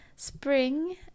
spring